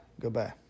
Goodbye